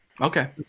Okay